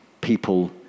people